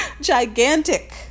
gigantic